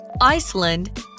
Iceland